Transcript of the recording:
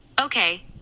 okay